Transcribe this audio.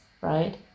right